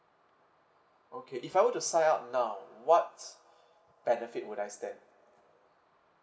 okay if I were to sign up now what's benefit would I stand